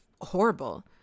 horrible